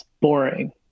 boring